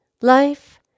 life